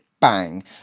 Bang